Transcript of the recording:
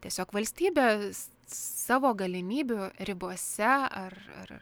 tiesiog valstybės savo galimybių ribose ar ar